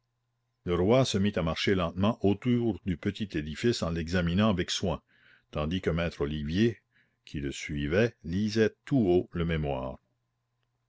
le roi se mit à marcher lentement autour du petit édifice en l'examinant avec soin tandis que maître olivier qui le suivait lisait tout haut le mémoire